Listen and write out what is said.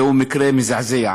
זהו מקרה מזעזע,